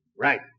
Right